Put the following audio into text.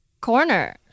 corner